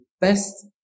best